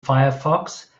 firefox